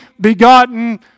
begotten